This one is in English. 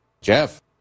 Jeff